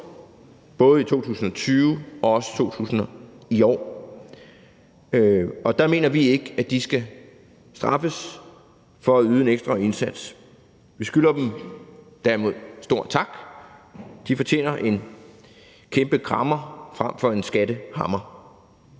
både i 2020 og også i år, og vi mener ikke, at de skal straffes for at yde en ekstra indsats. Vi skylder dem derimod stor tak. De fortjener en kæmpe krammer frem for en skattehammer.